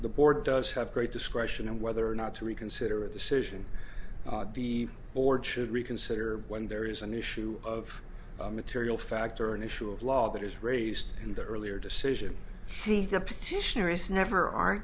the board does have great discretion and whether or not to reconsider a decision the board should reconsider when there is an issue of a material fact or an issue of law that is raised in the earlier decision